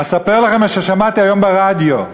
אספר לכם מה ששמעתי היום ברדיו,